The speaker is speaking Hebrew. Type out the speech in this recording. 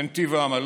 אלה שבנתיב העמלות,